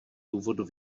důvodu